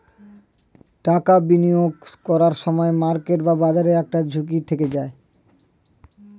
টাকা বিনিয়োগ করার সময় মার্কেট বা বাজারের একটা ঝুঁকি থেকে যায়